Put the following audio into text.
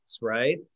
right